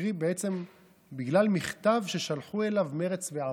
בגלל מכתב ששלחו אליו מרצ והעבודה.